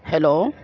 hello